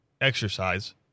exercise